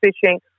fishing